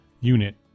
unit